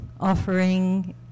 offering